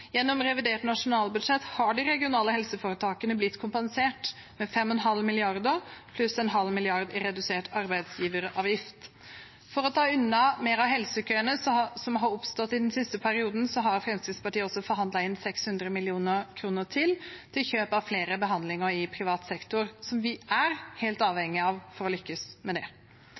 Gjennom revidert nasjonalbudsjett har de regionale helseforetakene blitt kompensert med 5,5 mrd. kr pluss 0,5 mrd. kr i redusert arbeidsgiveravgift. For å ta unna mer av helsekøene som har oppstått i den siste perioden, har Fremskrittspartiet forhandlet inn 600 mill. kr til, til kjøp av flere behandlinger i privat sektor, som vi er helt avhengige av for å lykkes med det.